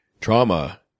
trauma